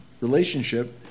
relationship